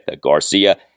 Garcia